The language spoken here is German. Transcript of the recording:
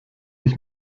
ich